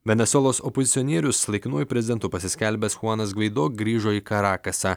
venesuelos opozicionierius laikinuoju prezidentu pasiskelbęs chuanas gvaido grįžo į karakasą